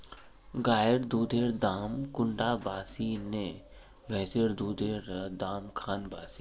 गायेर दुधेर दाम कुंडा बासी ने भैंसेर दुधेर र दाम खान बासी?